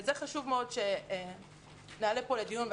ואת זה חשוב מאוד שנעלה פה לדיון.